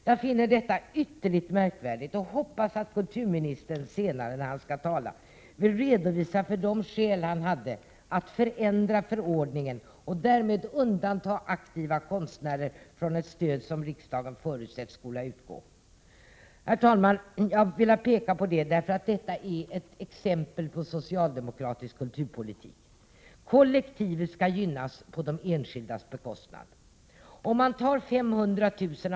Jag finner detta ytterligt märkligt och hoppas att kulturministern senare, när han skall tala här i kammaren, vill redovisa för de skäl han hade att förändra förordningen och därmed undanta aktiva konstnärer från ett stöd som riksdagen förutsett skulle utgå. Fru talman! Jag har velat peka på detta därför att det är ett exempel på socialdemokratisk kulturpolitik. Kollektivet skall gynnas på de enskildas bekostnad. Om man tar 500 000 kr.